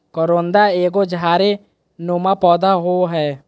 करोंदा एगो झाड़ी नुमा पौधा होव हय